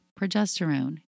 progesterone